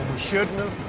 shouldn't